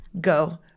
go